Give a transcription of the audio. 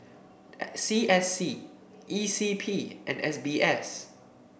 C S C E C P and S B S